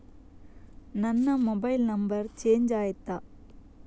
ನನ್ನ mobile number change ಆಯ್ತಾ?